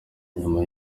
nyuma